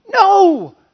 No